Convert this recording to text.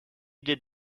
did